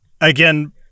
again